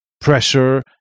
pressure